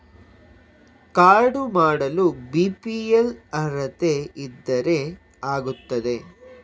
Card ಮಾಡಲು BPL ಅರ್ಹತೆ ಇದ್ದರೆ ಆಗುತ್ತದ?